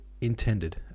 intended